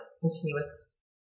continuous